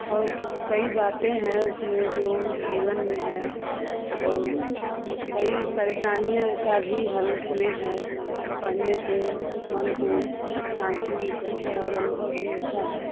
और कई बातें हैं उसमें जो जीवन में है और कई परेशानियाँ का भी हल उसमें है पढ़ने से मन को शांति मिलती है और अनुभव भी होता है